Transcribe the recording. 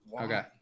Okay